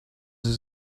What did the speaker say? sie